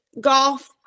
golf